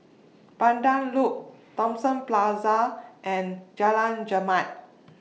Pandan Loop Thomson Plaza and Jalan Chermat